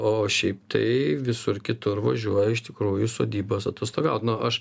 o šiaip tai visur kitur važiuoja iš tikrųjų į sodybas atostogaut nu aš